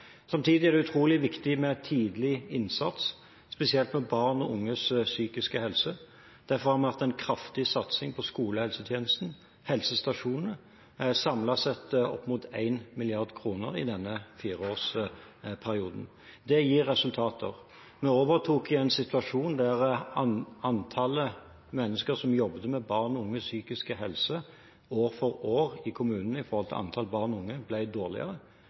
Samtidig er det utrolig viktig med tidlig innsats, spesielt når det gjelder barn og unges psykiske helse. Derfor har vi hatt en kraftig satsing på skolehelsetjenesten, helsestasjoner, samlet sett opp mot 1 mrd. kr i denne fireårsperioden. Det gir resultater. Vi overtok en situasjon der antall mennesker i kommunene som jobbet med barn og unges psykiske helse, år for år ble redusert i forhold til antallet barn og unge.